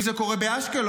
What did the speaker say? אם זה קורה באשקלון,